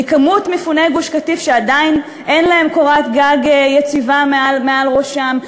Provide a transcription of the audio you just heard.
מכמות מפוני גוש-קטיף שעדיין אין להם קורת-גג יציבה מעל ראשם,